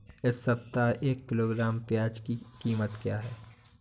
इस सप्ताह एक किलोग्राम प्याज की कीमत क्या है?